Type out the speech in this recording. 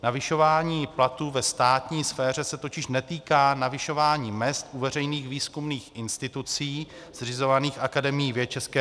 Navyšování platů ve státní sféře se totiž netýká navyšování mezd u veřejných výzkumných institucí zřizovaných Akademií věd ČR.